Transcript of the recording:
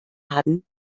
hatten